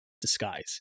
disguise